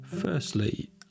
firstly